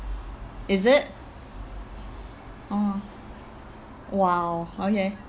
is it oh !wow! okay